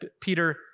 Peter